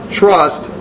trust